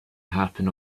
happen